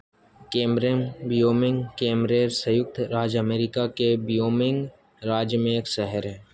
Kemmerer Wyoming Kemmerer संयुक्त राज्य America के व्योमिंग राज्य में एक शहर है